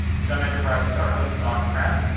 some enterprises are hosted on-prem.